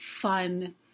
fun